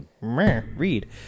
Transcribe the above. read